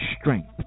strength